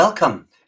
Welcome